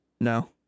No